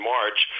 March